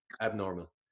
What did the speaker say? abnormal